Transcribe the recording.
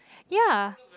ya